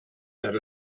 that